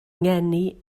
ngeni